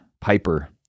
Piper